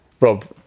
Rob